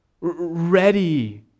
ready